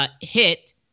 hit